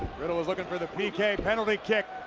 riddle was looking for the pk, penalty kick.